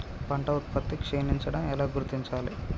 పంట ఉత్పత్తి క్షీణించడం ఎలా గుర్తించాలి?